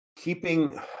keeping